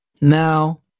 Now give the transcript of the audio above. Now